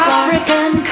African